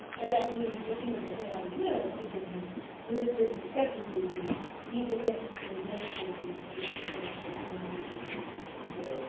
and that means looking at the whole idea of forgiveness with a certain skepticism even if, in many cases, it's the best that limited human beings can